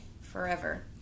forever